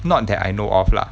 not that I know of lah